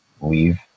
leave